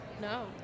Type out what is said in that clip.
No